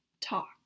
Talk